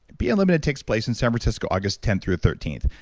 be unlimited takes place in san francisco august tenth through thirteenth.